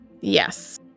Yes